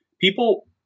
People